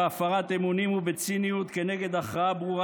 בהפרת אמונים ובציניות כנגד הכרעה ברורה